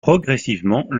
progressivement